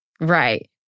Right